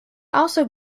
also